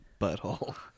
butthole